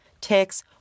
ticks